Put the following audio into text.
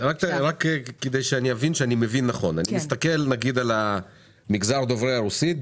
רק כדי שאבין שאני מבין נכון: אני מסתכל על מגזר דוברי הרוסית,